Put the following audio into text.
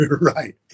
right